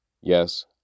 Yes